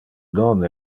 non